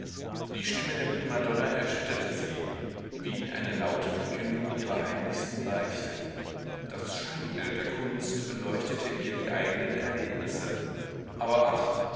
die stimme der primadonna erschütterte sie wie eine laute verkündung ihrer heimlichsten beichte das scheinbild der kunst beleuchtete ihr die eigenen erlebnisse aber ach